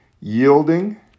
yielding